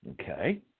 Okay